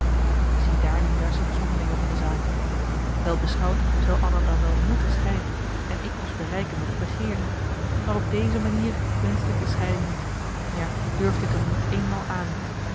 ziedaar nu juist het zonderlinge van de zaak wel beschouwd zou anna dan wel moeten scheiden en ik dus bereiken wat ik begeerde maar op deze manier wenschte ik de scheiding niet ja durfde ik m niet eenmaal aan